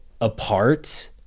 apart